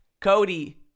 Cody